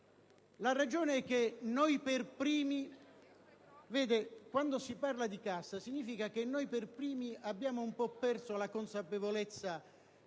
significa che noi per primi abbiamo un po' perso la consapevolezza